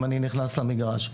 אם אני נכנס למגרש.